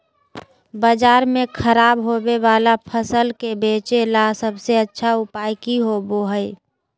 बाजार में खराब होबे वाला फसल के बेचे ला सबसे अच्छा उपाय की होबो हइ?